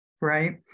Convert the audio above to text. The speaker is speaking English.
right